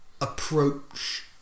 approach